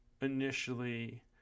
initially